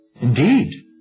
Indeed